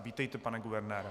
Vítejte, pane guvernére.